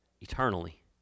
eternally